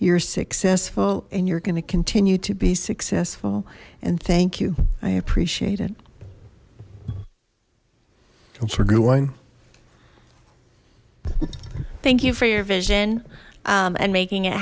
you're successful and you're going to continue to be successful and thank you i appreciate it don't forget one thank you for your vision and making it